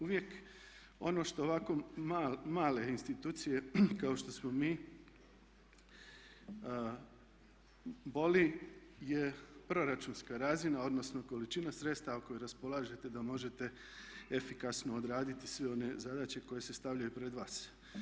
Uvijek ono što ovako male institucije kao što smo mi boli je proračunska razina, odnosno količina sredstava kojom raspolažete da možete efikasno odraditi sve one zadaće koje se stavljaju pred vas.